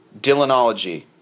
Dylanology